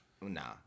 Nah